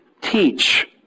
teach